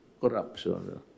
corruption